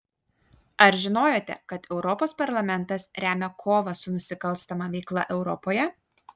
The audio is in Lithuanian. ar žinojote kad europos parlamentas remia kovą su nusikalstama veikla europoje